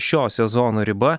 šio sezono riba